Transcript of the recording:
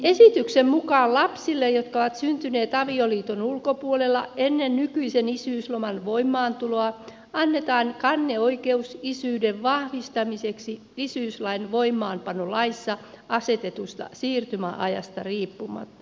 esityksen mukaan lapsille jotka ovat syntyneet avioliiton ulkopuolella ennen nykyisen isyyslain voimaantuloa annetaan kanneoikeus isyyden vahvistamiseksi isyyslain voimaanpanolaissa asetetusta siirtymäajasta riippumatta